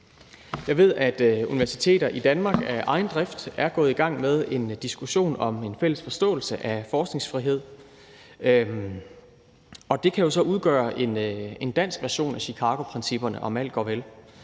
Jeg ved, at universiteter i Danmark af egen drift er gået i gang med en diskussion om en fælles forståelse af forskningsfrihed, og det kan jo så udgøre en dansk version af Chicagoprincipperne, om alt går vel.